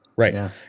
Right